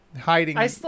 Hiding